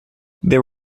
there